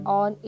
on